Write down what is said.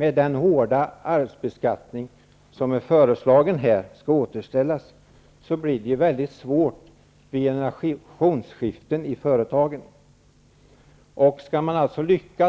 den hårda arvsbeskattningen för företag skall återställas, vilket har föreslagits, blir det väldigt svårt för förtagen vid generationsskiften.